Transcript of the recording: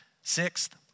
Sixth